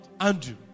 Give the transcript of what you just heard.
Andrew